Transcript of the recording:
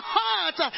heart